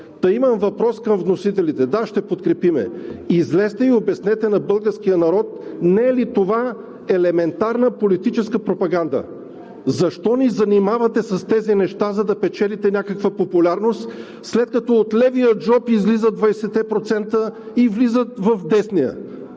Та имам въпрос към вносителите – да, ще подкрепим, излезте и обяснете на българския народ не е ли това елементарна политическа пропаганда? Защо ни занимавате с тези неща, за да печелите някаква популярност, след като от левия джоб излизат 20-те процента и влизат в десния?